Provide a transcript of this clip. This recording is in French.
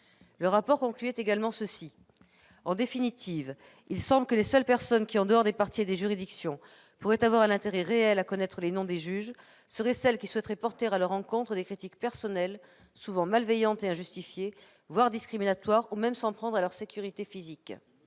Le rapport concluait :« En définitive, il semble que les seules personnes qui, en dehors des parties et des juridictions, pourraient avoir un intérêt réel à connaître les noms des juges, seraient celles qui souhaiteraient porter à leur encontre des critiques personnelles, souvent malveillantes et injustifiées, voire discriminatoires, ou même s'en prendre à leur sécurité physique. «